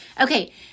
Okay